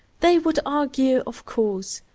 they would argue, of course,